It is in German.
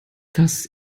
das